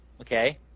okay